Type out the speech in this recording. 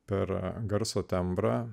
per garso tembrą